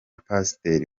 pasiteri